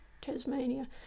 Tasmania